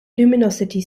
luminosity